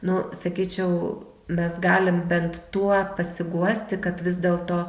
nu sakyčiau mes galim bent tuo pasiguosti kad vis dėlto